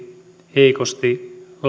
heikosti